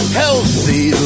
healthy